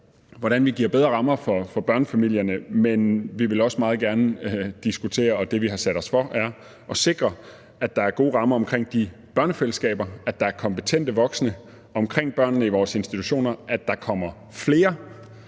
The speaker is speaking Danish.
hvordan vi giver bedre rammer for børnefamilierne, men det, vi har sat os for at sikre, er, at der er gode rammer omkring de børnefællesskaber; at der er kompetente voksne omkring børnene i vores institutioner; at der kommer flere